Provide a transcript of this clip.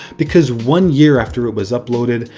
because one year after it was uploaded,